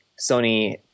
Sony